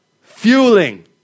fueling